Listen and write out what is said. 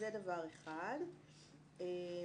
אני